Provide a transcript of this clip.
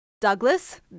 Douglas